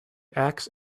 axe